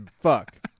fuck